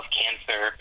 cancer